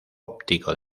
óptico